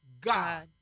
God